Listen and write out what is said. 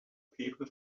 people